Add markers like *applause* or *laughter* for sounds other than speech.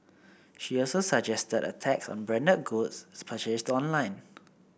she also suggested a tax on branded goods *unintelligible* purchased online